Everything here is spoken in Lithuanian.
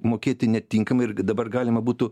mokėti netinkamai irgi dabar galima būtų